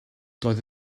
doedd